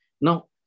Now